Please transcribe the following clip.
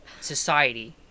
society